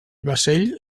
vaixell